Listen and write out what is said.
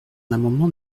l’amendement